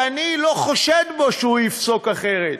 שאני לא חושד בו שהוא יפסוק אחרת.